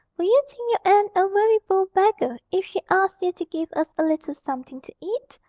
will you think your aunt a very bold beggar if she asks you to give us a little something to eat?